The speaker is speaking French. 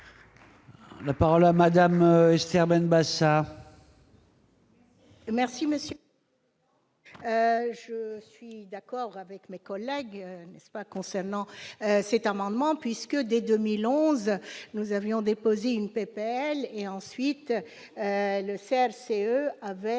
La parole à Madame Esther Ben Bassa. Merci monsieur. D'accord avec mes collègues concernant cet amendement, puisque dès 2011 nous avions déposé une PPL et ensuite le ciel CE avait